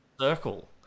circle